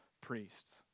priests